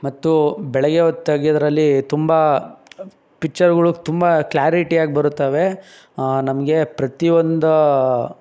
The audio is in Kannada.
ಮತ್ತು ಬೆಳಗ್ಗೆ ಹೊತ್ ತೆಗೆಯೋದ್ರಲ್ಲಿ ತುಂಬ ಪಿಚ್ಚರ್ಗಳು ತುಂಬ ಕ್ಲಾರಿಟಿಯಾಗಿ ಬರುತ್ತವೆ ನಮಗೆ ಪ್ರತಿಯೊಂದು